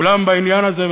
כולם בעניין הזה.